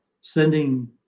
sending